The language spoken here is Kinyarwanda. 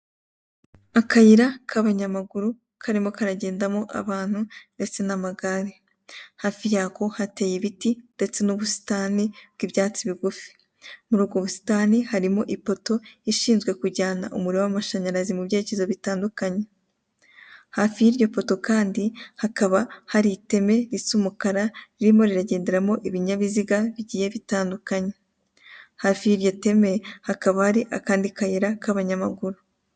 Akayira kabanyamaguru karimo karagendamo abantu ndetse n'amagare hafi aho hateye ibiti ndetse n'ubusitani bw'ibyatsi bigufi muri ubwo busitani harimo ipoto ishinzwe kujyana umuriro w'amashanyarazi mubyerekezo bitandukanye hafi yiryo poto kandi hakaba hari iteme risa umukara ririmo riragenderamo ibinyabiziga bigiye bitandukanye hafi yiryo teme hakaba hari akayira kabanyamaguru.